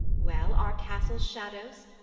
well, are castles shadows?